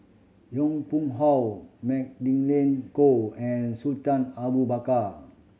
Yong Pung How Magdalene Khoo and Sultan Abu Bakar